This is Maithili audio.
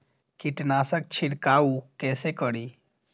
कीट नाशक छीरकाउ केसे करी?